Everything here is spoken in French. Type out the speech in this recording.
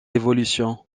évolution